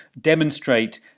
demonstrate